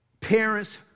parents